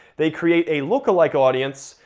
they create a lookalike audience,